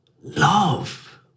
love